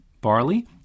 barley